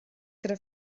gyda